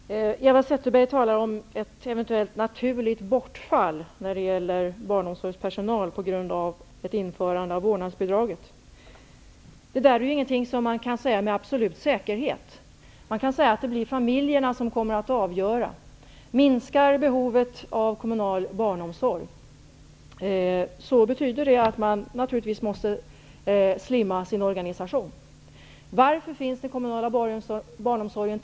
Herr talman! Eva Zetterberg talade om ett eventuellt naturligt bortfall av barnomsorgspersonal genom införandet av vårdnadsbidraget. Detta kan man inte säga med absolut säkerhet. Det blir familjerna som får avgöra. Minskar behovet av kommunal barnomsorg, måste man naturligtvis slimma sin organisation. Varför finns då den kommunala barnomsorgen?